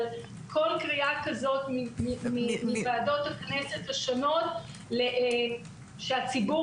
אבל כל קריאה כזו מוועדות הכנסת השונות לזה שהציבור